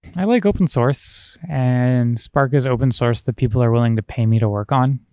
i like open source and spark is open source that people are willing to pay me to work on.